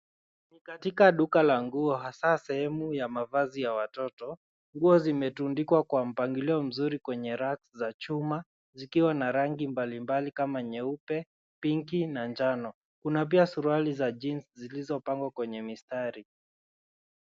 Katika duka la nguo hasa sehemu ya mavazi ya watoto, nguo zimetundikwa kwa mpangilio mzuri kwenye rafu za chuma zikiwa na rangi mbalimbali kama nyeupe, pink na njano. Kuna pia suruali za jeans zilizopangwa kwenye mistari.